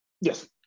Yes